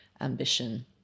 ambition